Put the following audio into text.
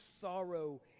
sorrow